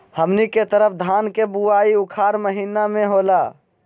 हमनी के तरफ धान के बुवाई उखाड़ महीना में होला